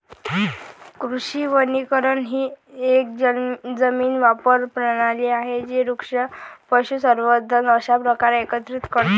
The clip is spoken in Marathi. कृषी वनीकरण ही एक जमीन वापर प्रणाली आहे जी वृक्ष, पशुसंवर्धन अशा प्रकारे एकत्रित करते